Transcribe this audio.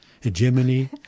hegemony